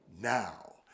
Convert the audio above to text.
now